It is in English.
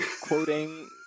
quoting